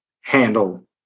handle